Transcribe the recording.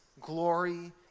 glory